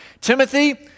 Timothy